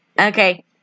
Okay